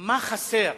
מה חסר